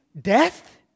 death